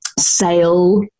sale